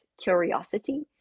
curiosity